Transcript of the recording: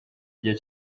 gihe